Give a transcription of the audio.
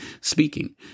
speaking